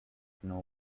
know